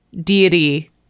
deity